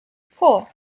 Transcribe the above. four